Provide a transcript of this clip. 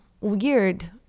weird